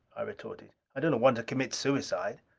i retorted. i do not want to commit suicide.